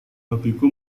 hobiku